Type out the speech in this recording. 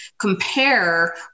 compare